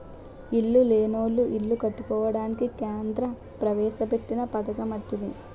ఇల్లు లేనోళ్లు ఇల్లు కట్టుకోవడానికి కేంద్ర ప్రవేశపెట్టిన పధకమటిది